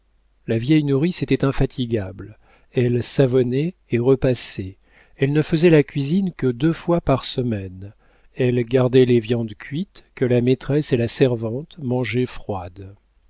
la vieille nourrice était infatigable elle savonnait et repassait elle ne faisait la cuisine que deux fois par semaine elle gardait les viandes cuites que la maîtresse et la servante mangeaient froides